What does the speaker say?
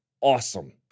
awesome